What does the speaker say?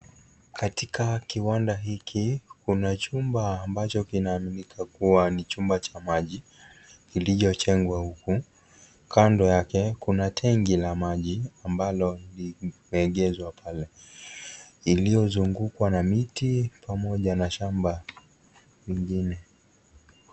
Katika kiwanda hiki kuna chumba kinacho kinaaminika kuwa cha maji kilichojengwa huku kando yake kuna tangi la maji ambalo limeegezwa pale iliozungukwa na miti pamoja na shamba lingine.